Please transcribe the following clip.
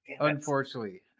unfortunately